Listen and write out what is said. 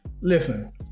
listen